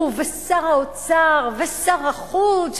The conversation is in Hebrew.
הוא ושר האוצר ושר החוץ,